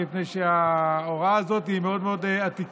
מפני שההוראה הזאת היא מאוד מאוד העתיקה,